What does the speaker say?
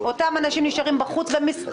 מעלה את החשש כי הגירעון יהיה אף גבוה יותר מהשיעור